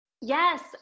Yes